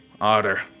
otter